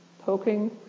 Poking